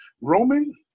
Roman